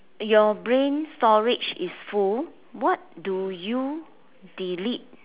your brain storage is full what do you delete